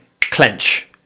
clench